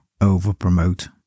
over-promote